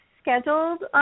Scheduled